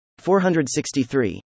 463